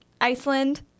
iceland